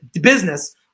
business